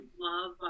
love